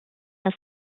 das